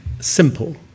simple